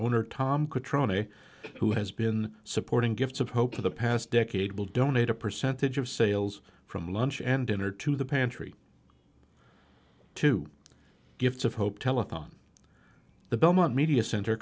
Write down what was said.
katrina who has been supporting gifts of hope for the past decade will donate a percentage of sales from lunch and dinner to the pantry to gifts of hope telethon the belmont media center